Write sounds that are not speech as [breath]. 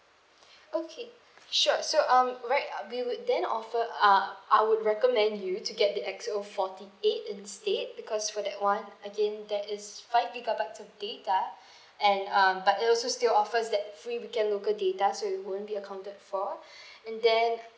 okay sure so um right uh we would then offer uh I would recommend you to get the X O forty eight instead because for that [one] again that is five gigabytes of data [breath] and um but it also still offers that free weekend local data so you won't be accounted for [breath] and then